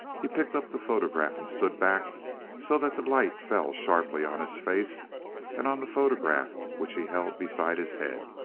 he picked up the photograph and stood back so that the light fell sharply on his face and on the photograph which he held beside his head.